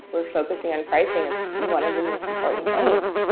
we're focusing on pricing as one of the most important things,